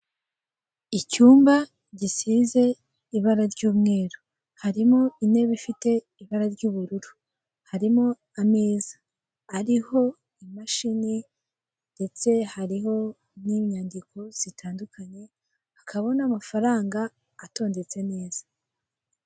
Icyumba gisize ibara ry'umweru; harimo intebe ifite ibara ry'ubururu, harimo ameza ariho imashini ndetse hariho n'inyandiko zitandukanye, hakabaho n'amafaranga atondetse neza.